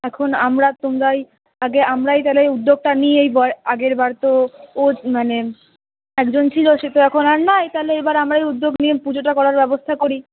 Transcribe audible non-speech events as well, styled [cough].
এখন আমরা তোমরাই আগে আমরাই তাহলে উদ্যোগটা নিই এই [unintelligible] আগেরবার তো ও মানে একজন ছিলো সে তো এখন আর নয় তাহলে এবার আমরাই উদ্যোগ নিয়ে পুজোটা করার ব্যবস্থা করি